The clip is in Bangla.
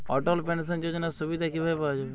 অটল পেনশন যোজনার সুবিধা কি ভাবে পাওয়া যাবে?